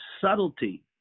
subtlety